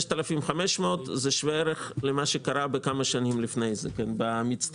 6,500 זה שווה ערך למה שקרה בכמה שנים לפני זה במצטבר.